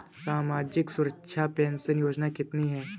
सामाजिक सुरक्षा पेंशन योजना कितनी हैं?